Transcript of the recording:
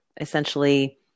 essentially